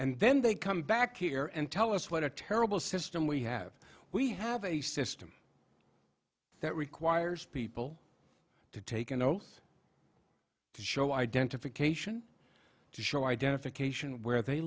and then they come back here and tell us what a terrible system we have we have a system that requires people to take an oath to show identification to show identification where they